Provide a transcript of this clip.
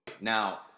Now